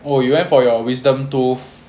oh you went for your wisdom tooth